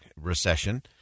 recession